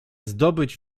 zdobyć